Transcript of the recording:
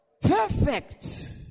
Perfect